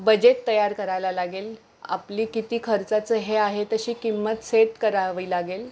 budget तयार करायला लागेल आपली किती खर्चाचं हे आहे तशी किंमत सेट करावी लागेल